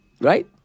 right